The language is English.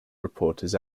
reporters